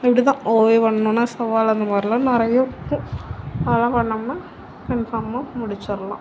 இப்படி தான் ஓவியம் பண்ணோம்னா சவால் அந்த மாதிரிலாம் நிறையா இருக்கும் அதெல்லாம் பண்ணோம்னா கன்ஃபார்மாக முடிச்சிடலாம்